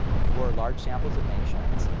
for large samples of nations,